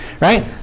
right